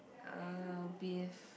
uh with